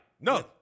No